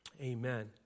Amen